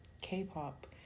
k-pop